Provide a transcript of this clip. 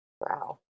Wow